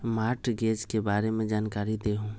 Mortgage के बारे में जानकारी देहु?